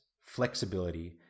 flexibility